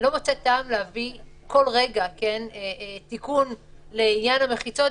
אני לא מוצאת טעם להביא כל רגע תיקון לעניין המחיצות,